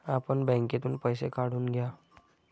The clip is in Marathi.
आपण बँकेतून पैसे काढून घ्या